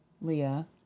Leah